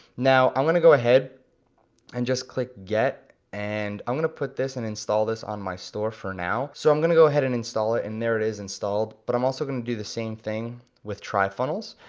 now i'm gonna go ahead and just click get, and i'm gonna put this and install this on my store for now. so i'm gonna go ahead and install it, and there it is installed, but i'm also gonna do the same thing with trifunnels,